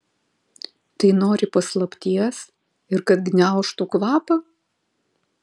tai nori paslapties ir kad gniaužtų kvapą